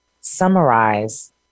summarize